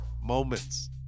moments